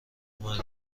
اومد